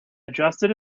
adjusted